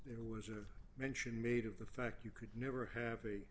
there was a mention made of the fact you could never ha